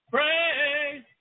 Praise